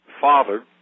Father